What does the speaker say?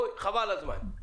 חבל על הזמן.